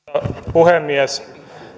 puhemies